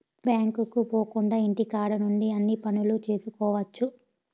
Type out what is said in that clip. బ్యాంకుకు పోకుండా ఇంటికాడ నుండి అన్ని పనులు చేసుకోవచ్చు